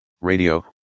Radio